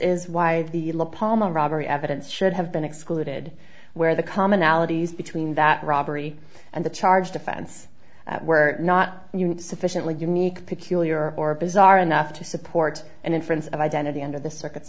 is why the palm on robbery evidence should have been excluded where the commonalities between that robbery and the charged offense were not sufficiently unique peculiar or bizarre enough to support an inference of identity under the circu